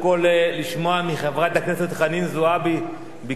לשמוע מחברת הכנסת חנין זועבי ביקורת על